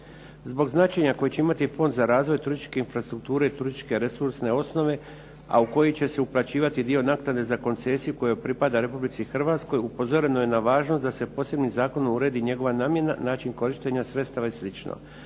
Zbog značenja koje će imati Fond za razvoj turističke infrastrukture i turističke resursne osnove, a u koji će se uplaćivati dio naknade za koncesiju koja pripada Republici Hrvatskoj, upozoreno je na važnost da se posebnim zakonom uredi njegova namjena, način korištenja sredstava i